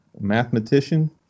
Mathematician